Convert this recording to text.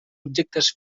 objectes